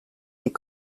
des